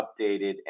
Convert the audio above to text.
updated